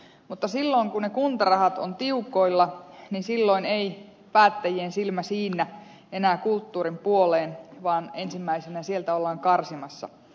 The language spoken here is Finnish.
mutta silloin kun ne kuntarahat ovat tiukoilla ei päättäjien silmä siinnä enää kulttuurin puoleen vaan ensimmäisenä sieltä ollaan karsimassa